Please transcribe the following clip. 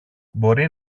μπορεί